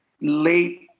late